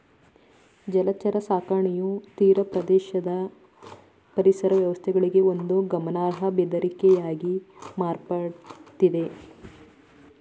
ಜಲಚರ ಸಾಕಣೆಯು ತೀರಪ್ರದೇಶದ ಪರಿಸರ ವ್ಯವಸ್ಥೆಗಳಿಗೆ ಒಂದು ಗಮನಾರ್ಹ ಬೆದರಿಕೆಯಾಗಿ ಮಾರ್ಪಡ್ತಿದೆ